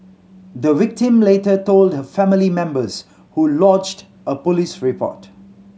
the victim later told her family members who lodged a police report